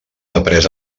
aprés